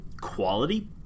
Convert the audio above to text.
quality